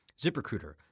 ZipRecruiter